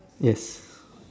yes